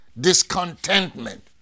discontentment